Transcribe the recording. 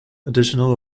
additional